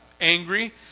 angry